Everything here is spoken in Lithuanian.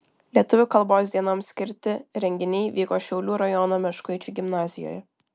lietuvių kalbos dienoms skirti renginiai vyko šiaulių rajono meškuičių gimnazijoje